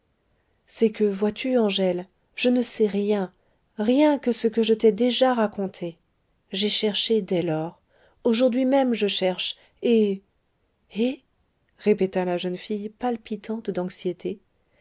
c'est que vois-tu angèle je ne sais rien rien que ce que je t'ai déjà raconté j'ai cherché dès lors aujourd'hui même je cherche et et répéta la jeune fille palpitante d'anxiété